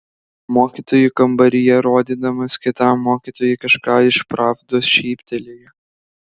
mokytojų kambaryje rodydamas kitam mokytojui kažką iš pravdos šyptelėjo